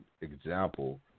example